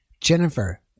Jennifer